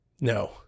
No